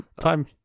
Time